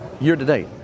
Year-to-date